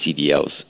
CDL's